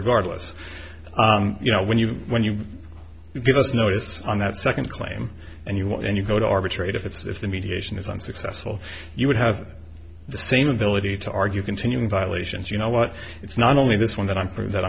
regardless you know when you when you give us notice on that second claim and you want and you go to arbitrate if it's if the mediation is unsuccessful you would have the same ability to argue continuing violations you know what it's not only this one that i'm